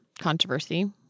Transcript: controversy